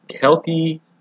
healthy